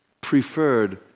preferred